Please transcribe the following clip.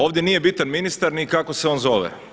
Ovdje nije bitan ministar ni kako se on zove.